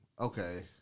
okay